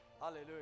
Hallelujah